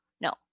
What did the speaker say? no